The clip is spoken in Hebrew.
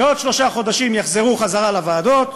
בעוד שלושה חודשים יחזרו לוועדות,